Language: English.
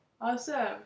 Awesome